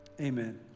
amen